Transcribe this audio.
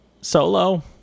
Solo